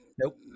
Nope